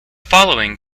following